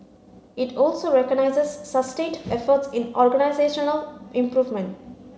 it also recognises sustained efforts in organisational improvement